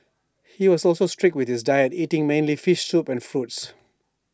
he was also strict with his diet eating mainly fish soup and fruits